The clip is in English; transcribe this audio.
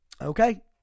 Okay